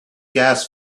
gas